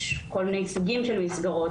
יש כל מיני סוגים של מסגרות.